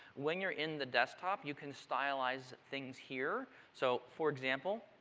when you're in the desktop you can stylize things here. so for example,